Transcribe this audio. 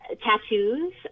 tattoos